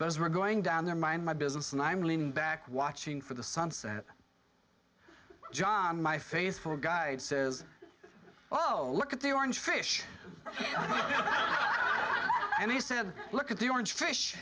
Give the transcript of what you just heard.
as we're going down there mind my business and i'm leaning back watching for the sunset john my face for a guide says oh look at the orange fish and he said look at the orange fish